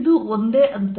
ಇದು ಒಂದೇ ಅಂತರ